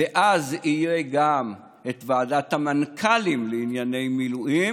ואז תהיה גם ועדת המנכ"לים לענייני מילואים,